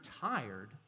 tired